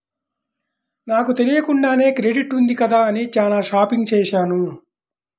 నాకు తెలియకుండానే క్రెడిట్ ఉంది కదా అని చానా షాపింగ్ చేశాను